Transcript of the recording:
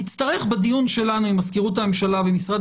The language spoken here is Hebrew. נצטרך בדיון שלנו עם מזכירות הממשלה ומשרד